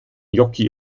gnocchi